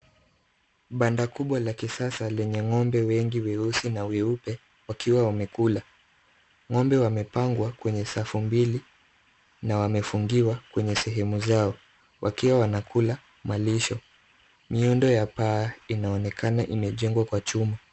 Banda kubwa la kisasa lenye ng'ombe wengi weusi na weupe wakiwa wamekula. Ng'ombe wamepangwa kwenye safu mbili na wamefungiwa kwenye sehemu zao wakiwa wanakula malisho. Miundo ya paa inaonekana imejengwa kwa chuma.